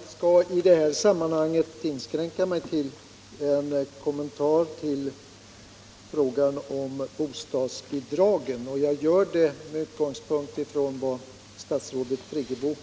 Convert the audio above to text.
Herr talman! Jag skall i det här sammanhanget inskränka mig till en kommentar till frågan om bostadsbidragen med utgångspunkt i vad statsrådet Friggebo